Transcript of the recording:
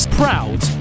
proud